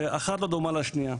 שאחת לא דומה לשנייה.